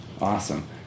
Awesome